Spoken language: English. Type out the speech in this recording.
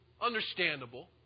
understandable